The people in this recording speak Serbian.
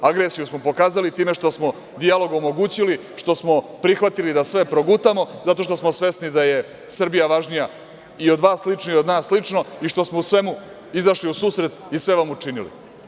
Agresiju smo pokazali time što smo dijalog omogućili, što smo prihvatili da sve progutamo, zato što smo svesni da je Srbija važnija i od vas lično, i od nas lično i što smo u svemu izašli u susret i sve vam učinili.